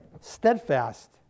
Steadfast